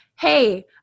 hey